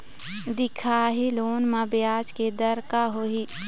दिखाही लोन म ब्याज के दर का होही?